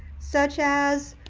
such as